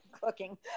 cooking